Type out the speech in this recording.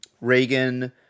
Reagan